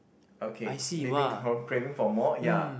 okay leaving craving for more ya